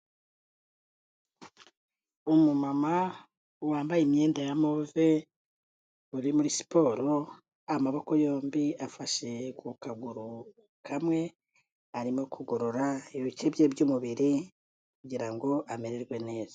Umumama wambaye imyenda ya move, uri muri siporo, amaboko yombi afashe ku kaguru kamwe, arimo kugorora ibice bye by'umubiri kugira ngo amererwe neza.